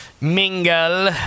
mingle